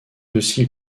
aussi